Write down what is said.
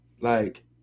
Like-